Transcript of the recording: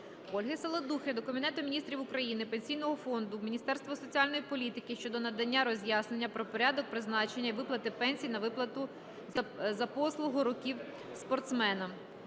Ольги Саладухи до Кабінету Міністрів України, Пенсійного фонду, Міністерства соціальної політики щодо надання роз'яснення про порядок призначення і виплати пенсій за вислугу років спортсменам.